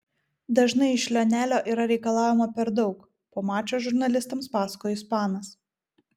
dažnai iš lionelio yra reikalaujama per daug po mačo žurnalistams pasakojo ispanas